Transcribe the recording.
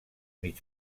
mig